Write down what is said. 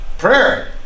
Prayer